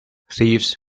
thieves